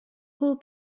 full